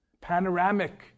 panoramic